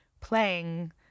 playing